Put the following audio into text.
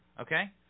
okay